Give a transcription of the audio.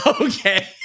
okay